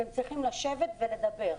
אתם צריכים לשבת ולדבר.